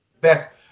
best